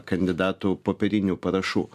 kandidatų popierinių parašų